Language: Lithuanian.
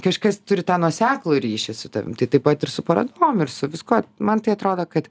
kažkas turi tą nuoseklų ryšį su tavim tai taip pat ir su parodom ir su viskuo man tai atrodo kad